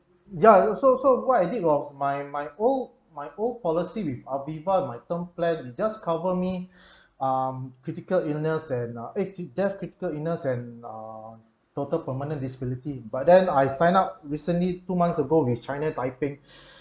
ya so so what I did was my my old my old policy with AVIVA my term plan just cover me um critical illness and uh eh death critical illness and uh total permanent disability but then I sign up recently two months ago with china taiping